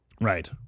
Right